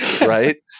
right